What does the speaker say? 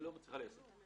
היא לא מצליחה ליישם.